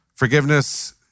Forgiveness